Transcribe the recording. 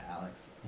Alex